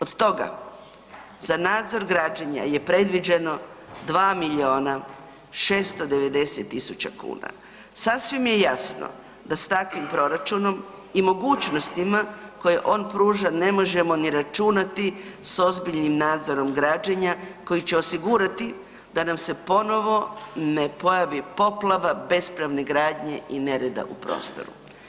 Od toga, za nadzor građenja je predviđeno 2 690 000. sasvim je jasno da s takvim proračunom i mogućnostima koje on pruža, ne možemo ni računati s ozbiljnim nadzorom građenja koji će osigurati da nam je ponovo ne pojavi poplava bespravne gradnje i nereda u prostoru.